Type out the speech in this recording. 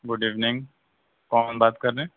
good evening کون بات کر رہے ہیں